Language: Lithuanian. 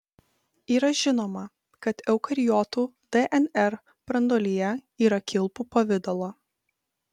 yra žinoma kad eukariotų dnr branduolyje yra kilpų pavidalo